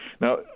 Now